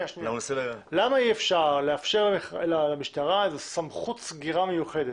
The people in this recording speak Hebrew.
למה אי אפשר לאפשר למשטרה סמכות סגירה מיוחדת